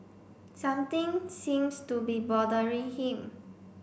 something seems to be bothering him